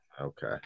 okay